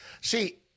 See